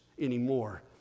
anymore